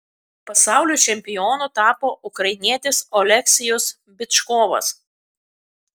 pasaulio čempionu tapo ukrainietis oleksijus byčkovas